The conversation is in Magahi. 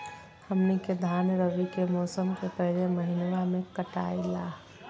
हमनी के धान रवि के मौसम के पहले महिनवा में कटाई ला